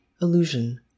illusion